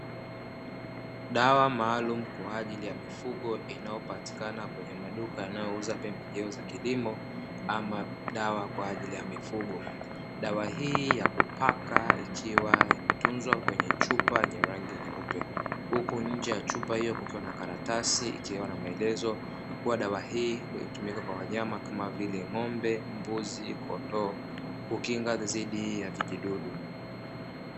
Dawa maalumu kwa ajili ya mifugo inayopatikana kwenye maduka yanayouza pembejeo za kilimo; ama dawa kwa ajili ya mifugo, dawa hii ya kupaka ikiwa imefungwa kwenye chupa yenye rangi nyeupe; huku nje ya chupa hiyo kukiwa na karatasi ikiwa na maelezo kuwa dawa hii hutumika kwa wanyama kama vile: ng'ombe ,mbuzi ,kondoo kukinga dhidi ya vijidudu.